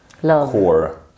core